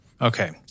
Okay